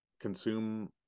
consume